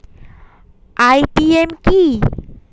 IPM কি?